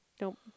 Nope